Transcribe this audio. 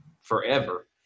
forever